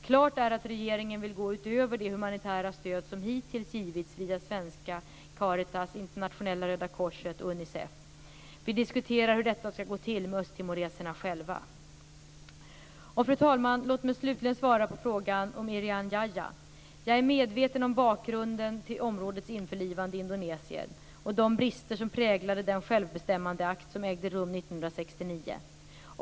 Klart är att regeringen vill gå utöver det humanitära stöd som hittills givits via svenska Caritas, Internationella Röda Korset och Unicef. Vi diskuterar hur detta skall gå till med östtimoreserna själva. Fru talman! Låt mig slutligen svara på Murad Artins fråga om Irian Jaya. Jag är medveten om bakgrunden till områdets införlivande i Indonesien och de brister som präglade den självbestämmandeakt som ägde rum 1969.